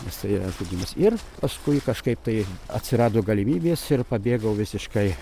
nes tai yra žudymas ir paskui kažkaip tai atsirado galimybės ir pabėgau visiškai